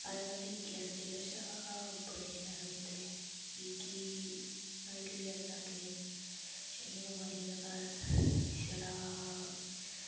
अजकल्ल दी गैसें कशा बड़े शैल होंदे कि कि अजकल्ल गैसां केह् न शड़ियें बमारियें दा घर छड़ा